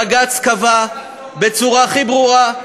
בג"ץ קבע בצורה הכי ברורה,